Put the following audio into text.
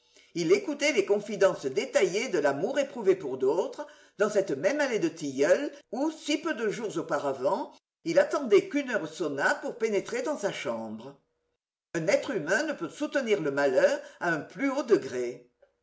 il écoutait les confidences détaillées de l'amour éprouvé pour d'autres dans cette même allée de tilleuls où si peu de jours auparavant il attendait qu'une heure sonnât pour pénétrer dans sa chambre un être humain ne peut soutenir le malheur à un plus haut degré